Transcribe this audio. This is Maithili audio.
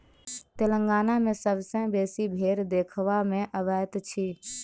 तेलंगाना मे सबसँ बेसी भेंड़ देखबा मे अबैत अछि